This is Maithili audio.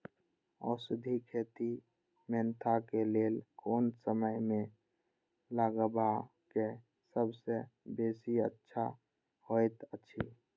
औषधि खेती मेंथा के लेल कोन समय में लगवाक सबसँ बेसी अच्छा होयत अछि?